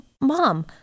mom